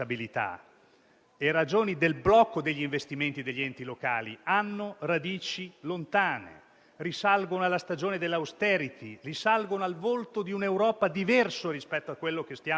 non ci sarà nessuno spazio per ripartire senza gli investimenti degli Enti locali e senza un nuovo perimetro, una nuova individuazione del ruolo della pubblica amministrazione.